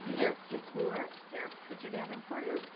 here. ms. fluor. here. mr. davenport. here.